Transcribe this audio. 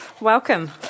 Welcome